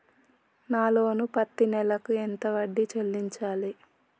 నా లోను పత్తి నెల కు ఎంత వడ్డీ చెల్లించాలి?